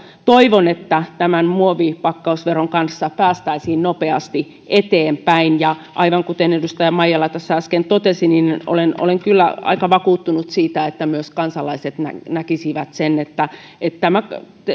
toivon että tämän muovipakkausveron kanssa päästäisiin nopeasti eteenpäin aivan kuten edustaja maijala tässä äsken totesi niin olen kyllä aika vakuuttunut siitä että myös kansalaiset näkisivät sen että että tämä